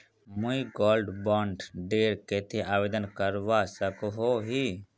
मुई gold bond डेर केते आवेदन करवा सकोहो ही?